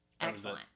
excellent